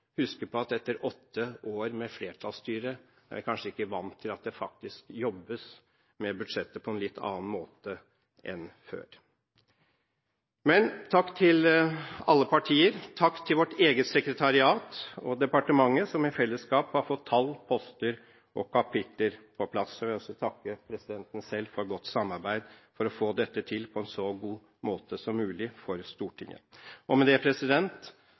huske på at etter åtte år med flertallsstyre er man kanskje ikke vant til at det jobbes med budsjettet på en litt annen måte enn før. Takk til alle partier. Takk til vårt eget sekretariat og til departementet som i fellesskap har fått tall, poster og kapitler på plass. Jeg vil også takke presidenten selv for godt samarbeid for å få dette til på en så god måte som mulig for Stortinget. Med det